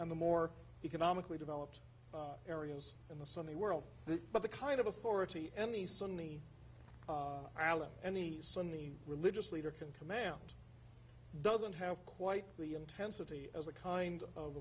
and the more economically developed areas in the sunny world the but the kind of authority any suddenly alan any suddenly religious leader can command doesn't have quite the intensity as a kind of